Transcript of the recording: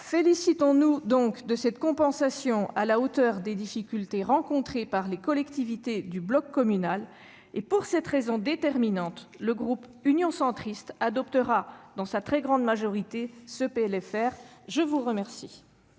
Félicitons-nous donc de cette compensation à la hauteur des difficultés rencontrées par les collectivités du bloc communal. Pour cette raison déterminante, le groupe Union Centriste adoptera, dans sa grande majorité, ce PLFR. Très bien